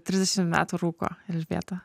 trisdešimt metų rūko elžbieta